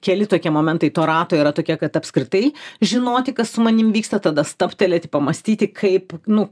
keli tokie momentai to rato yra tokie kad apskritai žinoti kas su manim vyksta tada stabtelėti pamąstyti kaip nu